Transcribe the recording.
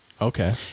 Okay